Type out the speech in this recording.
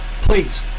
Please